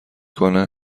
کنه